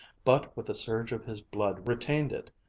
but with a surge of his blood retained it,